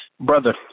Brother